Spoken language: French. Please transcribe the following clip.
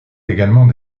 également